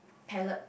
palette